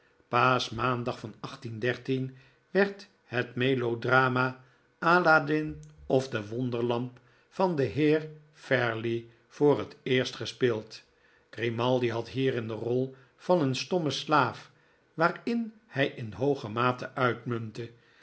paaschmaandag van werd het melodrama aladin of de wonderlamp van den heer farley voor het eerst gespeeld grimaldi had hierin de rol van een stommen slaaf waarin hi inhoogemateuitmunlle dit